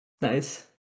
Nice